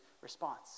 response